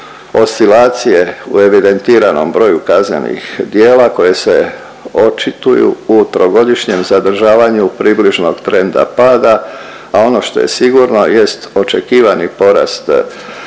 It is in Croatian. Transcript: oscilacije u evidentiranom broju kaznenih djela koje se očituju u trogodišnjem zadržavanju približnog trenda pada, a ono što je sigurno jest očekivani porast